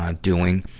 um doing,